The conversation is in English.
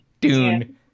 dune